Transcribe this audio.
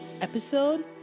episode